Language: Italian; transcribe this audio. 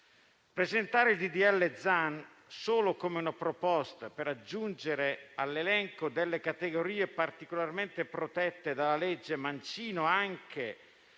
disegno di legge Zan solo come una proposta per aggiungere all'elenco delle categorie particolarmente protette dalla legge Mancino anche